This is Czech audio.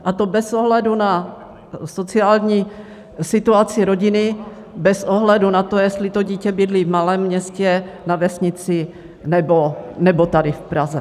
A to bez ohledu na sociální situaci rodiny, bez ohledu na to, jestli to dítě bydlí v malém městě, na vesnici nebo tady v Praze.